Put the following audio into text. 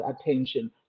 attention